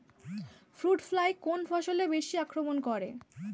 Fruit fly কোন ফসলে বেশি আক্রমন করে?